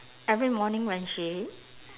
every morning when she